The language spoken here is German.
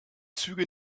züge